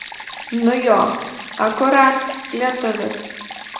nu jo akurat lietuvis